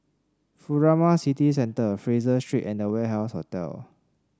Furama City Centre Fraser Street and Warehouse Hotel